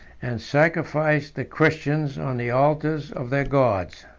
and sacrificed the christians on the altars of their gods.